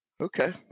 Okay